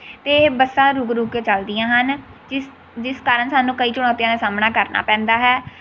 ਅਤੇ ਬੱਸਾਂ ਰੁੱਕ ਰੁੱਕ ਕੇ ਚੱਲਦੀਆਂ ਹਨ ਜਿਸ ਜਿਸ ਕਾਰਨ ਸਾਨੂੰ ਕਈ ਚੁਣੌਤੀਆਂ ਦਾ ਸਾਹਮਣਾ ਕਰਨਾ ਪੈਂਦਾ ਹੈ